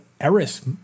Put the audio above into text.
Eris